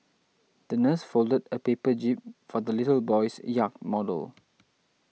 the nurse folded a paper jib for the little boy's yacht model